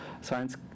Science